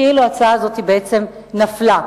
כאילו ההצעה הזאת בעצם נפלה.